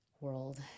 world